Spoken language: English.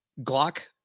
Glock